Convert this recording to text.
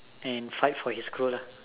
and fight for his crew lah